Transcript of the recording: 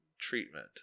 treatment